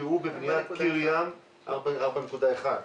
4.1 מיליון.